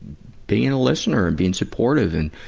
being a listener and being supportive and,